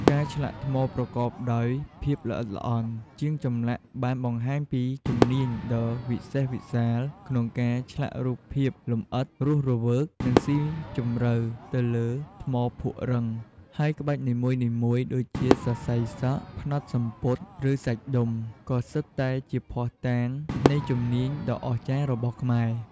ការឆ្លាក់ថ្មប្រកបដោយភាពល្អិតល្អន់ ជាងចម្លាក់បានបង្ហាញពីជំនាញដ៏វិសេសវិសាលក្នុងការឆ្លាក់រូបភាពលម្អិត រស់រវើក និងស៊ីជម្រៅទៅលើថ្មភក់រឹង ហើយក្បាច់នីមួយៗ ដូចជាសរសៃសក់ ផ្នត់សំពត់ ឬសាច់ដុំ គឺសុទ្ធតែជាភស្តុតាងនៃជំនាញដ៏អស្ចារ្យរបស់ខ្មែរ។